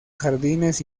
jardines